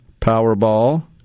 Powerball